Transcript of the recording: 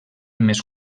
més